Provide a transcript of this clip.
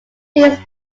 these